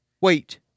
Wait